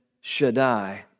Shaddai